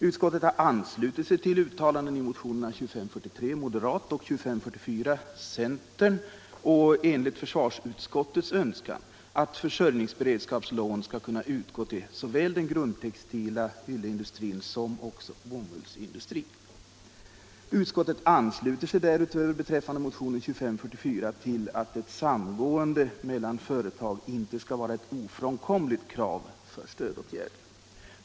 Utskottet har anslutit sig till uttalandena i motionerna 2543 och 2544 , och enligt försvarsutskottets önskan hemställt att försörjningsberedskapslån skall kunna utgå såväl till den grundtextila ylleindustrin som till bomullsindustrin. Utskottet ansluter sig därutöver beträffande motionen 2544 till att ett samgående mellan företag inte skall vara ett ofrånkomligt krav för stödåtgärder.